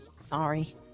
Sorry